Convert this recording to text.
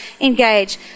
engage